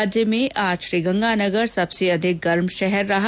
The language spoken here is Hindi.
राज्य में आज श्री गंगानगर सबसे अधिक गर्म शहर रहा